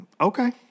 Okay